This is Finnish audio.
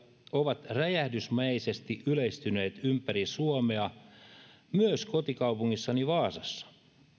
ovat räjähdysmäisesti yleistyneet ympäri suomea myös kotikaupungissani vaasassa